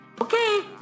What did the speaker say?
Okay